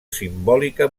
simbòlica